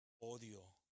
Odio